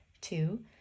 Two